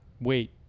Wait